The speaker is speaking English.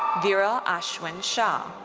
viral ashwin shah.